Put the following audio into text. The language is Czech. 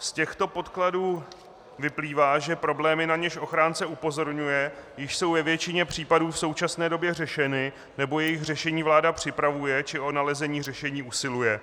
Z těchto podkladů vyplývá, že problémy, na něž ochránce upozorňuje, již jsou ve většině případů v současné době řešeny, nebo jejich řešení vláda připravuje, či o nalezení řešení usiluje.